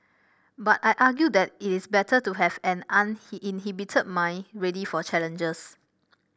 but I argue that it is better to have an inhibited mind ready for challenges